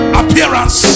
appearance